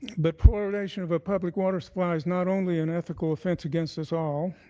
but fluoridation of a public water supply is not only an ethical offence against us all,